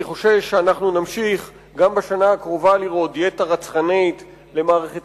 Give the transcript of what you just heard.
אני חושש שאנחנו נמשיך גם בשנה הקרובה לראות דיאטה רצחנית למערכת